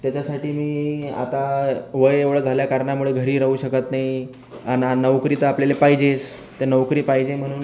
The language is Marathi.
त्याच्यासाठी मी आता वय एवढं झाल्याकारणामुळं घरीही राहू शकत नाही आन नोकरी तर आपल्याला पाहिजेच ते नोकरी पाहिजे म्हणून